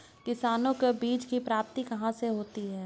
किसानों को बीज की प्राप्ति कहाँ से होती है?